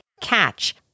catch